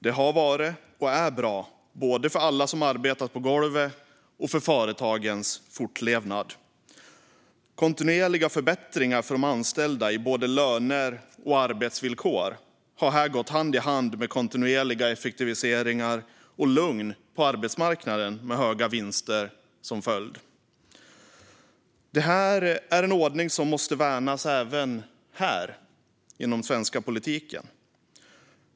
Detta har varit och är bra både för alla som arbetar på golvet och för företagens fortlevnad. Kontinuerliga förbättringar för de anställda i både löner och arbetsvillkor har gått hand i hand med kontinuerliga effektiviseringar och lugn på arbetsmarknaden, med höga vinster som följd. Detta är en ordning som måste värnas även här, i den svenska politiken.